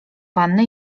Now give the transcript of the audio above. wanny